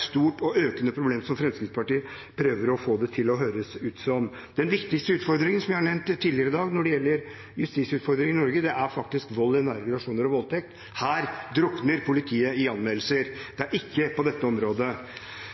stort og økende problem, som Fremskrittspartiet prøver å få det til å høres ut som. Den viktigste justisutfordringen i Norge, som jeg har nevnt tidligere i dag, er faktisk vold i nære relasjoner og voldtekt. Her drukner politiet i anmeldelser. Det er ikke på dette området.